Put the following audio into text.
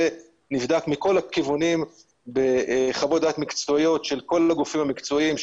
נבדק מכל הכיוונים בחוות דעת מקצועיות של כל הגופים המקצועיים,